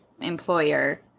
employer